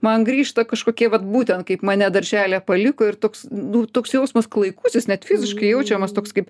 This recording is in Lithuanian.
man grįžta kažkokie vat būtent kaip mane darželyje paliko ir toks nu toks jausmas klaikus jis net fiziškai jaučiamas toks kaip